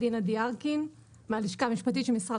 אקריא לפי הנוסח שעבר